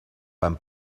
beim